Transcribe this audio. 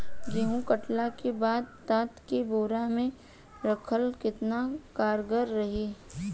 गेंहू कटला के बाद तात के बोरा मे राखल केतना कारगर रही?